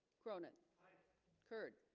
cronin curt